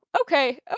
okay